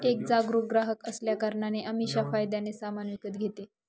एक जागरूक ग्राहक असल्या कारणाने अमीषा फायद्याने सामान विकत घेते